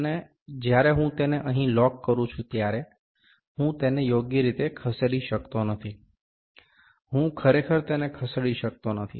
અને જ્યારે હું તેને અહીં લોક કરું છું ત્યારે હું તેને યોગ્ય રીતે ખસેડી શકતો નથી હું ખરેખર તેને ખસેડી શકતો નથી